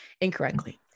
incorrectly